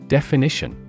Definition